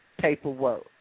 paperwork